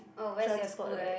transport right